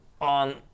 on